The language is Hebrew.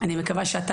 אני מקווה שאתה,